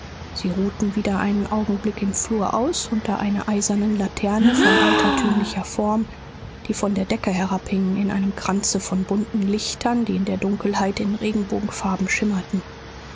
sie ruhten wieder einen augenblick im flur aus unter einer eisernen laterne von altertümlicher form die von der decke herabhing in einem kranze von bunten lichtern die in der dunkelheit in regenbogenfarben schimmerten